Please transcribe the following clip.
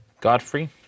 godfrey